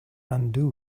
undo